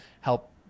help